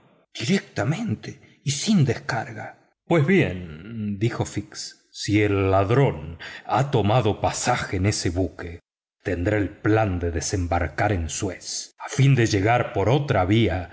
directamente y sin descarga pues bien dijo fix si el ladrón ha tomado pasaje en ese buque tendrá el plan de desembarcar en suez a fin de llegar por otra vía